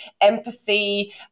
empathy